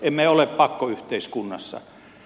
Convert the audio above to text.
emme ole pakkoyhteiskunnassa